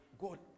God